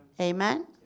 Amen